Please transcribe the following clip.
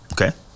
Okay